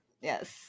yes